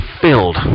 filled